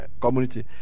community